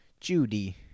Judy